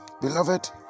beloved